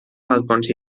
balcons